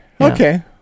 Okay